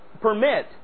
permit